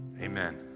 amen